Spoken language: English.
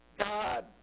God